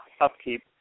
upkeep